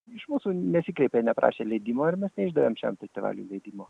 iš mūsų nesikreipė neprašė leidimo ir mes neišdavėm šiam festivaliui leidimo